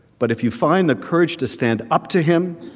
but if you find the courage to stand up to him,